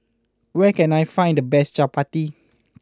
where can I find the best Chappati